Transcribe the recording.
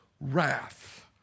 wrath